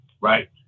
right